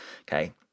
okay